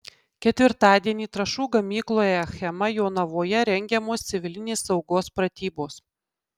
ketvirtadienį trąšų gamykloje achema jonavoje rengiamos civilinės saugos pratybos